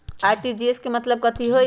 RTGS के मतलब कथी होइ?